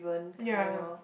ya